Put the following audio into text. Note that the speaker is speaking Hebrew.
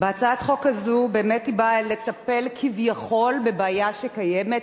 הצעת החוק הזאת באמת באה לטפל כביכול בבעיה שקיימת,